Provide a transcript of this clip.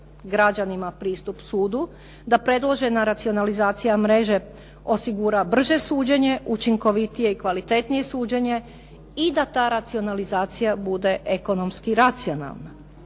građanima pristup sudu, da predložena racionalizacija mreže osigura brže suđenje, učinkovitije i kvalitetnije suđenje i da ta racionalizacija bude ekonomski racionalna.